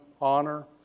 honor